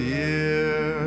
year